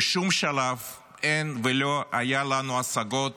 שבשום שלב אין ולא היו לנו השגות